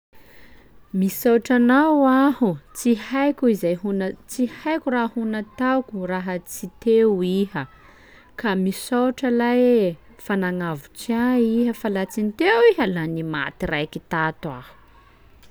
"Misaotra anao aho, tsy haiko izay ho na tsy haiko raha ho nataoko raha tsy teo iha, ka misaotra lahy e! Fa nagnavotsy ahy iha fa laha tsy n' teo iha la nimaty raiky tato aho."